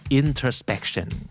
introspection